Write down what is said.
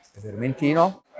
Vermentino